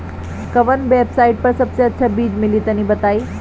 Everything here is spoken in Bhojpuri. कवन वेबसाइट पर सबसे अच्छा बीज मिली तनि बताई?